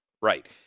right